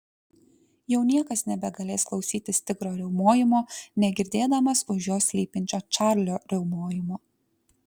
jau niekas nebegalės klausytis tigro riaumojimo negirdėdamas už jo slypinčio čarlio riaumojimo